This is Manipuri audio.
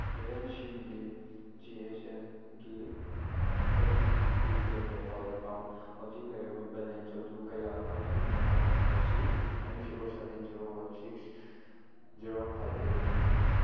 ꯔꯤꯂꯦꯟꯁꯤꯒꯤ ꯖꯤ ꯑꯦꯁ ꯑꯦꯝꯒꯤ ꯑꯩꯒꯤ ꯄ꯭ꯔꯤꯄꯦꯠ ꯃꯣꯕꯥꯏꯜ ꯑꯦꯀꯥꯎꯟ ꯍꯧꯖꯤꯛ ꯂꯩꯔꯤꯕ ꯕꯦꯂꯦꯟꯁ ꯑꯗꯨ ꯀꯌꯥꯅꯣ ꯑꯩꯒꯤ ꯃꯣꯕꯥꯏꯜ ꯅꯝꯕꯔ ꯑꯁꯤ nine zero seven zero one six zero five eight ꯑꯩꯠꯅꯤ